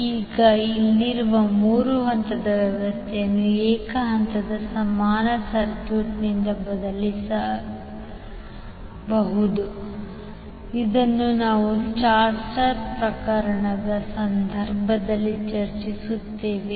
ಈಗ ಇಲ್ಲಿರುವ 3 ಹಂತದ ವ್ಯವಸ್ಥೆಯನ್ನು ಏಕ ಹಂತದ ಸಮಾನ ಸರ್ಕ್ಯೂಟ್ನಿಂದ ಬದಲಾಯಿಸಬಹುದು ಇದನ್ನು ನಾವು ಸ್ಟಾರ್ ಸ್ಟಾರ್ ಪ್ರಕರಣದ ಸಂದರ್ಭದಲ್ಲಿ ಚರ್ಚಿಸುತ್ತೇವೆ